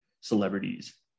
Celebrities